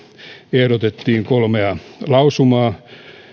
ehdotettiin kolmea lausumaa